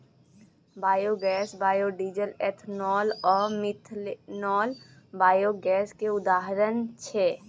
biogas, biodiesel, ethanol आ methanol biogas केर उदाहरण छै